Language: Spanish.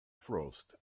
frost